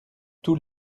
tous